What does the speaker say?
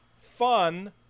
fun